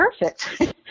perfect